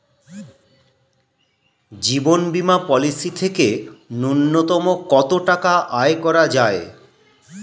জীবন বীমা পলিসি থেকে ন্যূনতম কত টাকা আয় করা যায়?